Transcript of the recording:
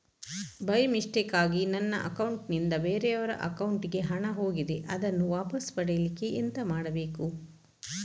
By ಮಿಸ್ಟೇಕಾಗಿ ನನ್ನ account ನಿಂದ ಬೇರೆಯವರ ಅಕೌಂಟ್ ಗೆ ಹಣ ಹೋಗಿದೆ ಅದನ್ನು ವಾಪಸ್ ಪಡಿಲಿಕ್ಕೆ ಎಂತ ಮಾಡಬೇಕು?